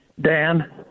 Dan